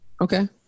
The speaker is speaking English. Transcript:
Okay